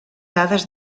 dades